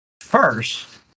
First